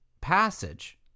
passage